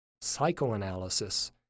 Psychoanalysis